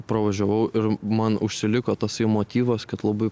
pravažiavau ir man užsiliko tasai motyvas kad labai